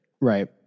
Right